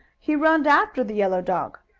he runned after the yellow dog.